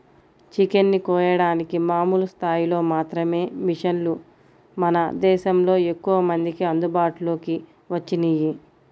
chicken ని కోయడానికి మామూలు స్థాయిలో మాత్రమే మిషన్లు మన దేశంలో ఎక్కువమందికి అందుబాటులోకి వచ్చినియ్యి